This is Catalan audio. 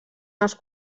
els